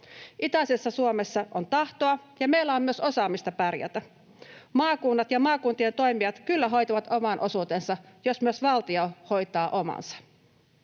Itäisessä Suomessa on tahtoa, ja meillä on myös osaamista pärjätä. Maakunnat ja maakuntien toimijat kyllä hoitavat oman osuutensa, jos myös valtio hoitaa omansa.